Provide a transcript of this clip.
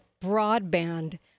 broadband